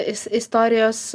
is istorijos